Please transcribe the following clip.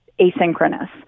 asynchronous